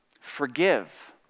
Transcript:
forgive